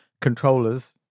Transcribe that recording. controllers